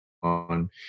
on